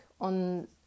on